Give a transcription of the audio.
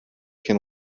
can